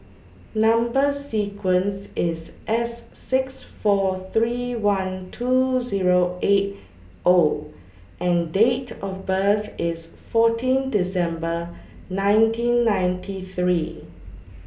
Number sequence IS S six four three one two Zero eight O and Date of birth IS fourteen December nineteen ninety three